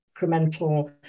incremental